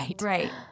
Right